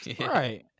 right